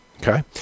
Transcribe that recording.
Okay